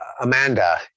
Amanda